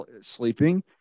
sleeping